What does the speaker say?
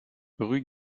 rue